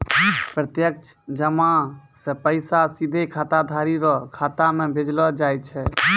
प्रत्यक्ष जमा से पैसा सीधे खाताधारी रो खाता मे भेजलो जाय छै